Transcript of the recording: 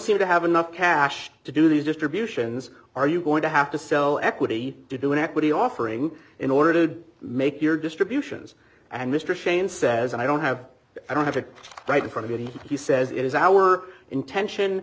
seem to have enough cash to do these distributions are you going to have to sell equity to do an equity offering in order to make your distributions and mr shane says and i don't have i don't have it right in front of me he says it is our intention